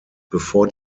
bevor